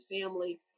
family